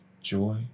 joy